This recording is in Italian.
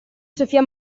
sofia